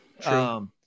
true